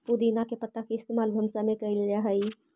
पुदीना के पत्ता के इस्तेमाल भंसा में कएल जा हई